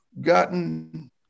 gotten